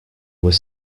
were